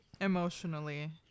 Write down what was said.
emotionally